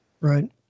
Right